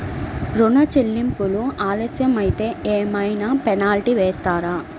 ఋణ చెల్లింపులు ఆలస్యం అయితే ఏమైన పెనాల్టీ వేస్తారా?